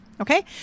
Okay